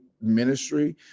ministry